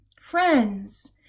Friends